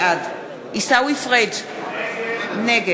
בעד עיסאווי פריג' נגד